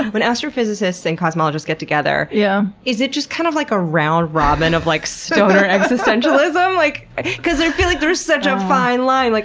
when astrophysicists and cosmologists get together, yeah is it just kind of like a round robin of like stoner existentialism? like because i feel like there is such a fine line. like